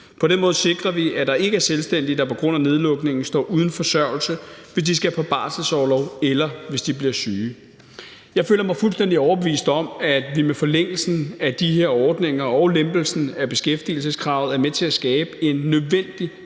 På den måde sikrer vi, at der ikke er selvstændige, der på grund af nedlukningen står uden forsørgelse, hvis de skal på barselsorlov, eller hvis de bliver syge. Jeg føler mig fuldstændig overbevist om, at vi med forlængelsen af de her ordninger og lempelsen af beskæftigelseskravet er med til at skabe en nødvendig